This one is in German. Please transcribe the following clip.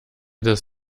des